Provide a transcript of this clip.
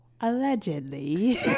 allegedly